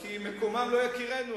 כי מקומם לא יכירם.